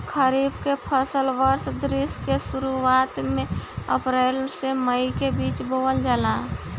खरीफ के फसल वर्षा ऋतु के शुरुआत में अप्रैल से मई के बीच बोअल जाला